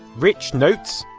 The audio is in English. rich notes,